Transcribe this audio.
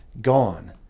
gone